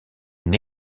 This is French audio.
une